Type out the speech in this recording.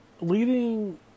leading